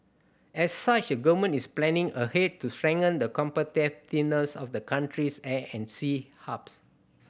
as such a Government is planning ahead to strengthen the competitiveness of the country's air and sea hubs